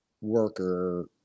worker